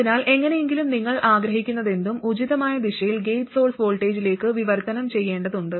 അതിനാൽ എങ്ങനെയെങ്കിലും നിങ്ങൾ ആഗ്രഹിക്കുന്നതെന്തും ഉചിതമായ ദിശയിൽ ഗേറ്റ് സോഴ്സ് വോൾട്ടേജിലേക്ക് വിവർത്തനം ചെയ്യേണ്ടതുണ്ട്